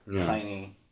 tiny